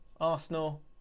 Arsenal